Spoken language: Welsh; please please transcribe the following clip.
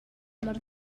mor